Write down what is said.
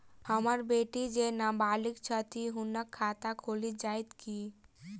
हम्मर बेटी जेँ नबालिग छथि हुनक खाता खुलि जाइत की?